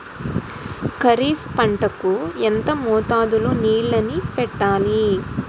ఖరిఫ్ పంట కు ఎంత మోతాదులో నీళ్ళని పెట్టాలి?